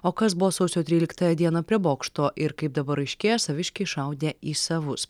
o kas buvo sausio tryliktąją dieną prie bokšto ir kaip dabar aiškėja saviškiai šaudė į savus